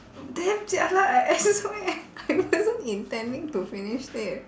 damn jialat I acci~ I wasn't intending to finished it